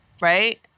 right